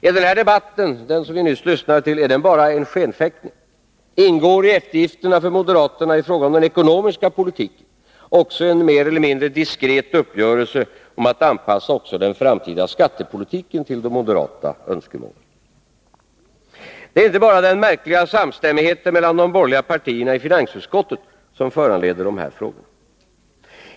Är den debatt vi nu lyssnar till bara en skenfäktning? Ingår i eftergifterna för moderaterna i fråga om den ekonomiska politiken också en mer eller mindre diskret uppgörelse om att anpassa även den framtida skattepolitiken till de moderata önskemålen? Det är inte bara den märkliga samstämmigheten mellan de borgerliga partierna i finansutskottet som föranleder dessa frågor.